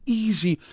easy